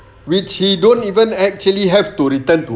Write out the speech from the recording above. which he don't even actually have to return to